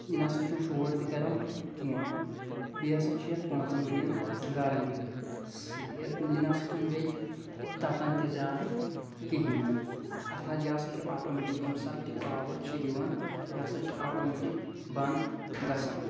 یہِ نَہ سا چھُنہٕ شور تہِ کَران کیٚنٛہہ بیٚیہِ ہسا چھِ یَتھ پانٛژَن ؤرِیَن گارَنٹی سہٕ یَتھ یہِ نَہ سا چھُنہٕ بیٚیہِ تَتان تہِ زیادٕ کِہیٖنۍ نہٕ اَتھ ہہ یہِ ہسا چھُ آٹومٮ۪ٹِک ییٚمۍ ساتہٕ تہِ پاوَر چھُ یِوان یہِ ہسا چھُ آٹومٮ۪ٹِک بنٛد گژھان